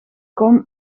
com